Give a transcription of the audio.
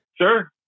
Sure